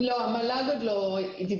לא, המל"ג עוד לא דיבר.